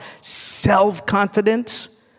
self-confidence